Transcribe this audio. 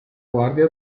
guardia